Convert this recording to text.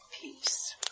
peace